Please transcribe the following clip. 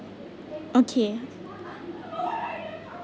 okay